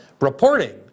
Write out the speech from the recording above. reporting